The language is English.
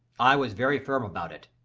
i was very firm about it.